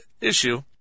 issue